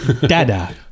dada